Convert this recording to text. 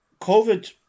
COVID